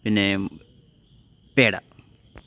പിന്നെ പേട